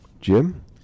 Jim